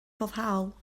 foddhaol